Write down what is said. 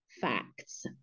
facts